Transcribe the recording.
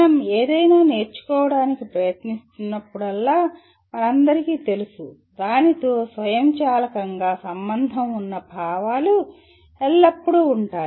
మనం ఏదైనా నేర్చుకోవడానికి ప్రయత్నిస్తున్నప్పుడల్లా మనందరికీ తెలుసు దానితో స్వయంచాలకంగా సంబంధం ఉన్న భావాలు ఎల్లప్పుడూ ఉంటాయి